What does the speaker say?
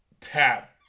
tap